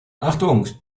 achtung